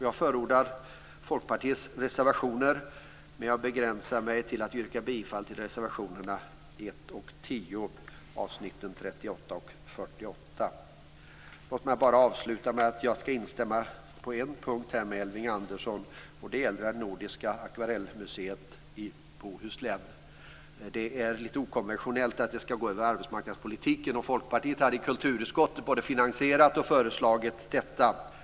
Jag förordar Folkpartiets reservationer, men jag begränsar mig till att yrka bifall till reservationerna 1 Låt mig avsluta med att på en punkt instämma med Elving Andersson. Det gäller det nordiska akvarellmuseet i Bohuslän. Det är litet okonventionellt att stödet går över arbetsmarknadspolitiken, och Folkpartiet hade i kulturutskottet både finansierat och föreslagit detta.